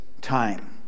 time